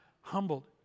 humbled